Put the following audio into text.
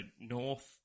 North